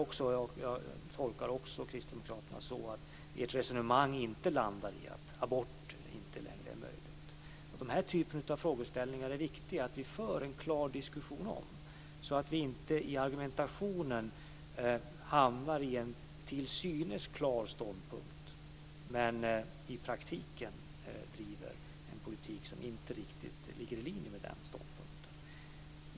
Jag tolkar också kristdemokraterna så att ert resonemang inte landar i att aborter inte längre är möjliga. Det är viktigt att vi för en klar diskussion om den här typen av frågeställningar, så att vi inte i argumentationen hamnar i en till synes klar ståndpunkt men i praktiken driver en politik som inte riktigt ligger i linje med den ståndpunkten.